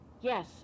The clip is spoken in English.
Yes